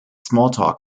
smalltalk